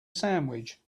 sandwich